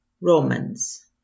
Romans